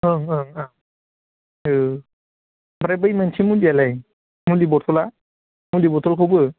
ओं ओं ओं ओमफ्राय बै मोनसे मुलियालाय मुलि बथ'ला मुलि बथ'लखौबो